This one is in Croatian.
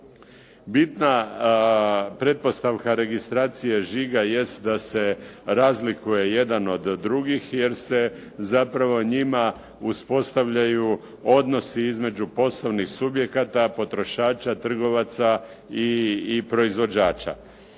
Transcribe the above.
Bitna pretpostavka registracije žiga jest da se razlikuje jedan od drugih, jer se zapravo njima uspostavljaju odnosi između poslovnih subjekata, potrošača, trgovaca i proizvođača.